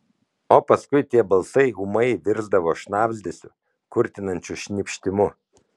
o paskui tie balsai ūmai virsdavo šnabždesiu kurtinančiu šnypštimu